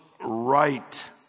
right